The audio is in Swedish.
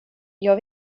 jag